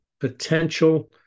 potential